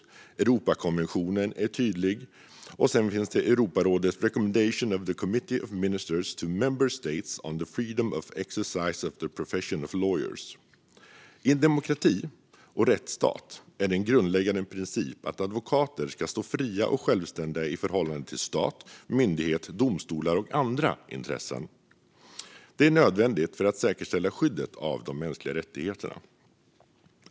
Vidare är Europakonventionen tydlig. Sedan finns Europarådets Recommendation of the Committee of Ministers to Member States on the freedom of exercise of the profession of lawyer. I en demokrati och rättsstat är det en grundläggande princip att advokater ska stå fria och självständiga i förhållande till stat, myndigheter, domstolar och andra intressen. Det är nödvändigt för att säkerställa skyddet av de mänskliga rättigheterna.